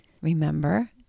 Remember